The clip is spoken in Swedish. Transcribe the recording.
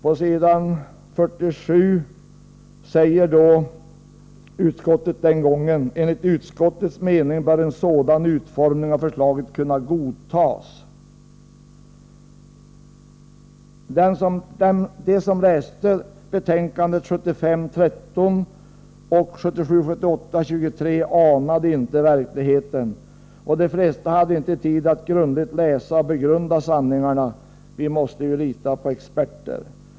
På s.47 skrev utskottet den gången: ”Enligt utskottets mening bör en sådan utformning av förslaget kunna godtas.” De som läste betänkandena 1975:13 och 1977/78:23 anade inte verkligheten, och de flesta hade inte tid att grundligt läsa och begrunda sanningarna — vi måste ju lita på experter!